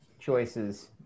choices